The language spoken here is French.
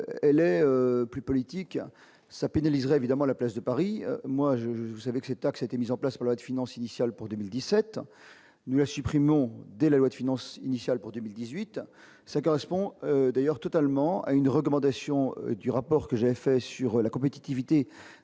elle est. Plus politique, ça pénalisera évidemment à la place de Paris moi, je, je, vous savez ces taxes étaient mises en place pour la finance initiale pour 2017 nous la supprimons dès la loi de finances initiale pour 2018 ça correspond d'ailleurs totalement à une recommandation du rapport que j'ai fait sur la compétitivité